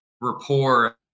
rapport